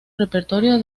repertorio